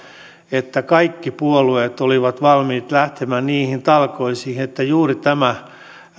että kaikki puolueet olivat valmiita lähtemään niihin talkoisiin että juuri